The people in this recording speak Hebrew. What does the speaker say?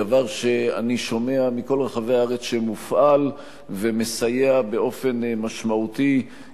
דבר שאני שומע מכל רחבי הארץ שמופעל ומסייע באופן משמעותי